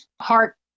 heart